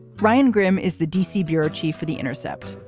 brian grim is the d c. bureau chief for the intercept.